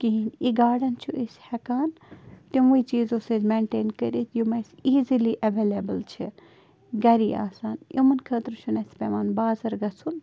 کِہیٖنۍ یہِ گاڈَن چھُ أسۍ ہٮ۪کان تِموٕے چیٖزو سۭتۍ مٮ۪نٹین کٔرِتھ یِم اَسہِ ایٖزٕلی اٮ۪وَلیبٕل چھِ گَری آسان یِمَن خٲطرٕ چھُنہٕ اَسہِ پٮ۪وان بازر گَژھُن